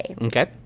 Okay